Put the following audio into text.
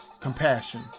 compassion